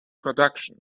production